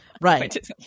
Right